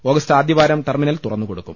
August ആദ്യവാരം terminal തുറ ന്നുകൊടുക്കും